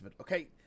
Okay